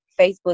Facebook